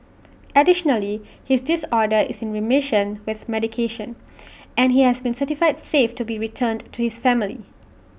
additionally his disorder is in remission with medication and he has been certified safe to be returned to his family